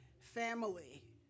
family